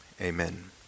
amen